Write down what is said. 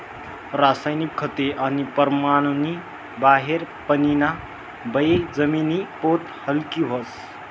रासायनिक खते आणि परमाननी बाहेर पानीना बये जमिनी पोत हालकी व्हस